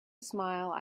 smile